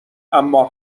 اما